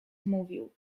mówił